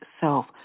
self